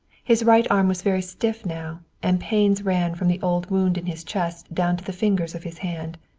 his right arm was very stiff now, and pains ran from the old wound in his chest down to the fingers of his hand.